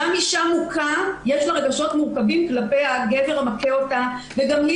גם אישה מוכה יש לה רגשות מורכבים כלפי הגבר המכה אותה וגם היא